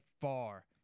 far